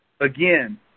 again